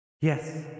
Yes